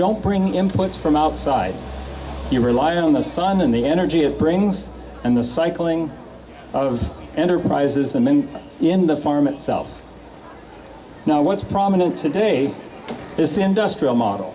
don't bring imports from outside you rely on the sun and the energy it brings and the cycling of enterprises and then in the farm itself now what's prominent today is the industrial model